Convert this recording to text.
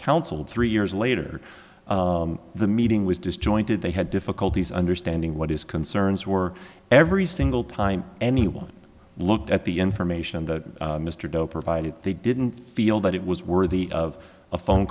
counseled three years later the meeting was disjointed they had difficulties understanding what his concerns were every single time anyone looked at the information that mr joe provided they didn't feel that it was worthy of a phone